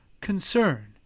concern